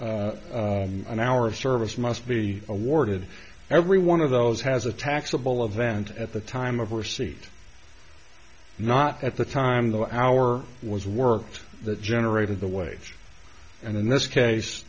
an hour of service must be awarded every one of those has a taxable event at the time of her seat not at the time the hour was worked that generated the way and in this case